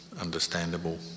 understandable